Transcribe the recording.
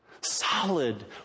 solid